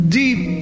deep